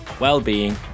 well-being